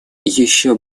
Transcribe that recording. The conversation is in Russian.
еще